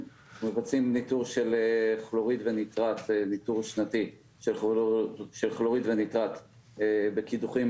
מבצעים ניטור שנתי של כלוריד וניטראט בקידוחים